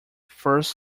first